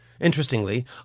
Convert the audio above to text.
Interestingly